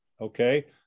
okay